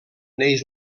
neix